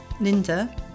linda